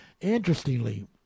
Interestingly